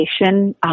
education